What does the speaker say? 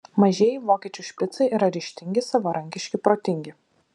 mažieji vokiečių špicai yra ryžtingi savarankiški protingi